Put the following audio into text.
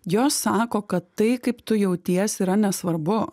jos sako kad tai kaip tu jauties yra nesvarbu